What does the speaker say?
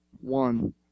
One